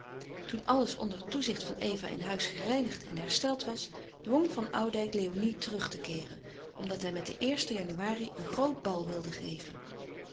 toen alles onder het toezicht van eva in huis gereinigd en hersteld was dwong van oudijck léonie terug te keeren omdat hij met den eersten januari een groot bal wilde geven